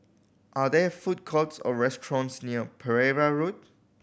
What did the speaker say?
are there food courts or restaurants near Pereira Road